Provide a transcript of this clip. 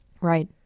Right